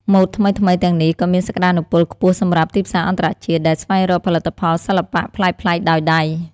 ម៉ូដថ្មីៗទាំងនេះក៏មានសក្តានុពលខ្ពស់សម្រាប់ ទីផ្សារអន្តរជាតិ ដែលស្វែងរកផលិតផលសិល្បៈប្លែកៗដោយដៃ។